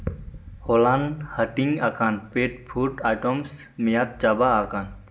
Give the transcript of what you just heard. ᱦᱚᱞᱟᱱ ᱦᱟᱹᱴᱤᱧ ᱟᱠᱟᱱ ᱯᱮᱰ ᱯᱷᱩᱰ ᱟᱭᱴᱮᱢᱥ ᱢᱮᱭᱟᱫ ᱪᱟᱵᱟ ᱟᱠᱟᱱ